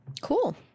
Cool